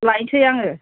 लायनोसै आङो